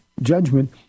judgment